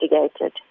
investigated